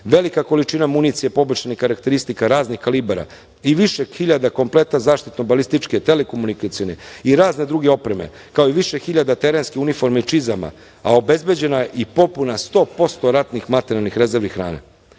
velika količina municije poboljšanih karakteristika raznih kalibara i više hiljada kompleta zaštitno-balističke, telekomunikacione i razne druge opreme, kao i više hiljada terenskih uniformi i čizama, a obezbeđena je i popuna 100% ratnih materijalnih rezervi